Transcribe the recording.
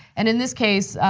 and in this case,